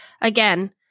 again